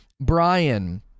Brian